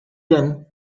then